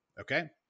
Okay